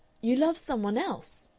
you love some one else?